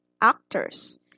actors